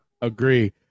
agree